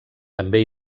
també